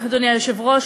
אדוני היושב-ראש,